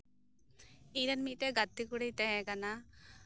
ᱤᱧ ᱨᱮᱱ ᱢᱤᱫ ᱴᱮᱱ ᱜᱟᱛᱮ ᱠᱩᱲᱤᱭ ᱛᱟᱦᱮᱸ ᱠᱟᱱᱟ